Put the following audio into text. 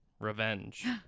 revenge